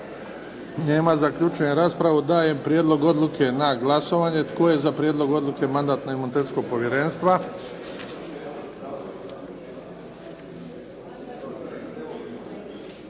Nema. Zaključujem raspravu. Dajem prijedlog odluke na glasovanje. Tko je za prijedlog odluke mandatno imunitetnog povjerenstva?